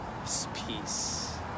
peace